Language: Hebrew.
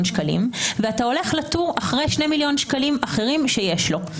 שקלים ואתה הולך לתור אחרי 2 מיליון שקלים אחרים שיש לו.